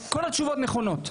כל התשובות נכונות,